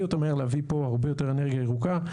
יותר מהר להביא פה הרבה יותר אנרגיה ירוקה.